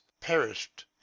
perished